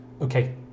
okay